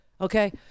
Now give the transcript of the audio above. okay